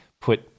put